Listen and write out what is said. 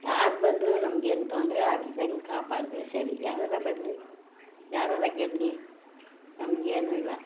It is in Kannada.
ಯಾರು ಬಂದರೂ ನಮ್ಗೇನು ತೊಂದರೆ ಆಗ್ದಿದ್ದಂಗೆ ಕಾಪಾಡಿದ್ರೆ ಸರಿ ಯಾರಾದ್ರು ಬರಲಿ ಯಾರಾದ್ರು ಗೆಲ್ಲಲಿ ನಮಗೇನು ಇಲ್ಲ